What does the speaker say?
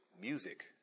music